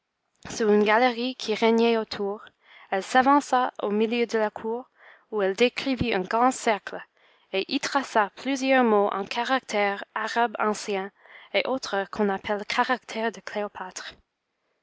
sous une galerie qui régnait autour elle s'avança au milieu de la cour où elle décrivit un grand cercle et y traça plusieurs mots en caractères arabes anciens et autres qu'on appelle caractères de cléopâtre